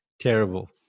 terrible